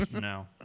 No